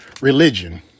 religion